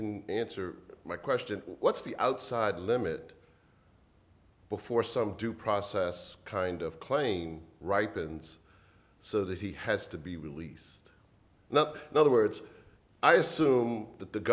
can answer my question what's the outside limit before some due process kind of claim ripens so that he has to be released now in other words i assume that the